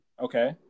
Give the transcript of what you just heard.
Okay